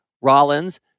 Rollins